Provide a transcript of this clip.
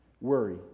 Worry